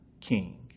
king